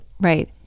Right